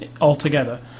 altogether